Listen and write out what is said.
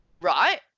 right